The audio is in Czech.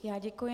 Já děkuji.